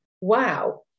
wow